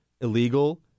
illegal